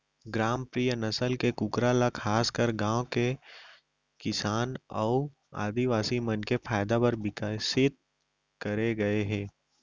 ग्रामप्रिया नसल के कूकरा ल खासकर गांव के किसान अउ आदिवासी मन के फायदा बर विकसित करे गए हे